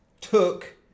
took